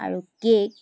আৰু কে'ক